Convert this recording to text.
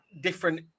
different